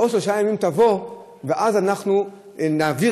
בעוד שלושה ימים תבוא ואז אנחנו נעביר